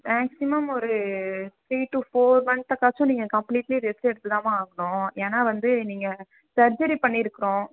maximum ஒரு three two four மந்த்தக்காச்சும் நீங்கள் கம்ப்லீட்லி ரெஸ்ட் எடுத்து தான்மா ஆகணும் ஏன்னா வந்து நீங்கள் சர்ஜரி பண்ணிருக்குறோம்